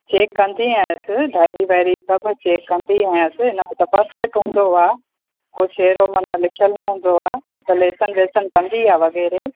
check कंदी आयासि diary वायरी सभु चेक कंदी आयसि इनमें त पर्फेक्ट हूंदो आहे कुझु अहिद़ो माना लिखियल न हूंदो आहे इहे त लेसन वेसन कंदी आहे वग़ैरह